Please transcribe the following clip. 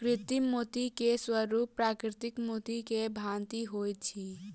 कृत्रिम मोती के स्वरूप प्राकृतिक मोती के भांति होइत अछि